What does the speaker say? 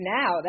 now